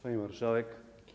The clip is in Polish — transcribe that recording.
Pani Marszałek!